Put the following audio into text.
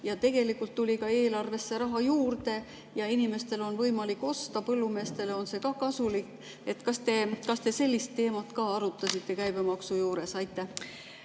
ja tuli ka eelarvesse raha juurde. Inimestel on võimalik osta, põllumeestele on see ka kasulik. Kas te sellist teemat ka arutasite käibemaksu kontekstis? Aitäh!